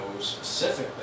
specifically